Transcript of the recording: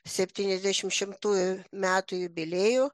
septyniasdešimt šimtųjų metų jubiliejų